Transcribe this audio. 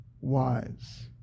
wise